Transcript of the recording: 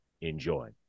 Enjoy